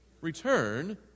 Return